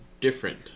different